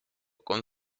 con